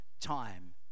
time